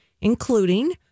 including